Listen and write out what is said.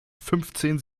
fünfzehn